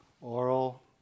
oral